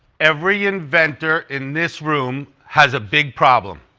every inventor in this room has a big problem